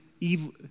evil